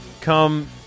come